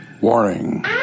Warning